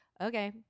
okay